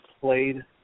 played